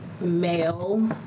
Male